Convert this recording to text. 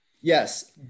Yes